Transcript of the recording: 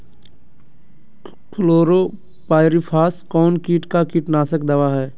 Chlorpyrifos कौन किट का कीटनाशक दवा है?